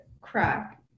crack